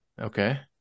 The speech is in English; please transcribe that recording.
Okay